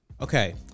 okay